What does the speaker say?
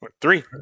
Three